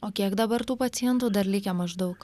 o kiek dabar tų pacientų dar likę maždaug